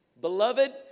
Beloved